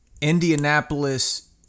Indianapolis